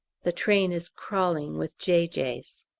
the train is crawling with j j s.